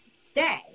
stay